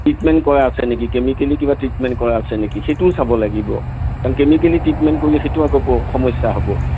treatment কৰা আছে নেকি কেমিকেলি কিবা ট্ৰিটমেণ্ট কৰা আছে নেকি সেইটোও চাব লাগিব কাৰণ কেমিকেলি ট্ৰিটমেণ্ট কৰিলে সেইটো আকৌ সমস্যা হ'ব